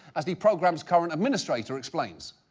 as the program's current administrator explains.